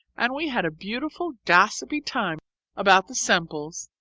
and we had a beautiful gossipy time about the semples,